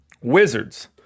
Wizards